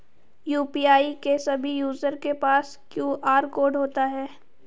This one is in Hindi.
यू.पी.आई के सभी यूजर के पास क्यू.आर कोड होता है